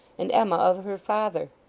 and emma of her father,